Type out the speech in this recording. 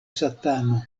satano